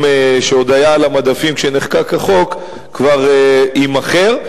שעוד היה על המדפים כשנחקק החוק כבר יימכר,